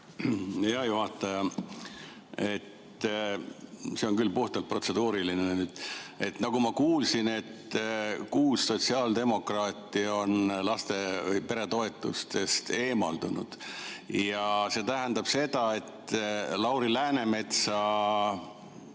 Hea juhataja! See on küll puhtalt protseduuriline [küsimus]. Nagu ma kuulsin, kuus sotsiaaldemokraati on peretoetustest eemaldunud ja see tähendab seda, et Lauri Läänemetsa